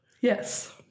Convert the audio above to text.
Yes